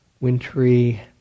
wintry